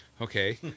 okay